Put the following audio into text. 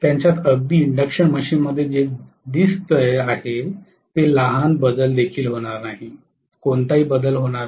त्यांच्यात अगदी इंडक्शन मशीनमध्ये जे दिसते आहे ते लहान बदल देखील होणार नाही कोणताही बदल होणार नाही